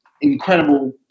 incredible